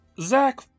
Zach